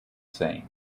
same